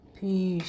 Peace